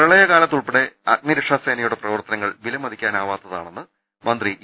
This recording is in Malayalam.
പ്രളയകാലത്തുൾപ്പെടെ അഗ്നിരക്ഷാസേനയുടെ പ്രവർത്തന ങ്ങൾ വിലമതിക്കാനാവത്താണെന്ന് മന്ത്രി ഇ